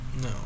No